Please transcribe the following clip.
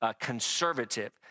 conservative